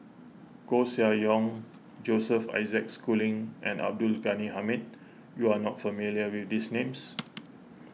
Koeh Sia Yong Joseph Isaac Schooling and Abdul Ghani Hamid you are not familiar with these names